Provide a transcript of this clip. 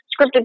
Scripted